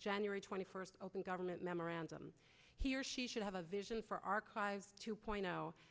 january twenty first open government memorandum he or she should have a vision for archive two point